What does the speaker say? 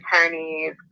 attorneys